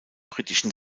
britischen